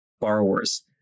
borrowers